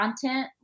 content